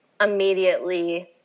immediately